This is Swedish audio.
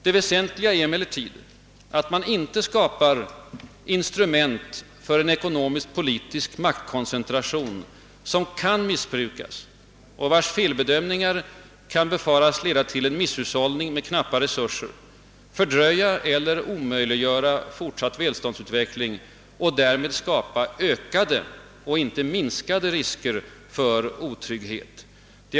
Det väsentliga är emellertid att man inte skapar instrument för en ekonomisk-politisk maktkoncentration som kan missbrukas och vars felbedömningar kan befaras leda till en misshushållning med knappa resurser, fördröja eller omöjliggöra fortsatt välståndsutveckling och därmed skapa ökade och inte minskade risker för otrygghet.